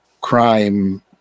crime